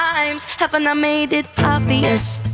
times haven't i made it obvious?